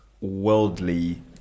worldly